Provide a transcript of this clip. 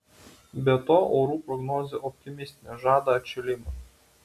be to orų prognozė optimistinė žada atšilimą